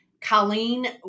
Colleen